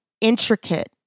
intricate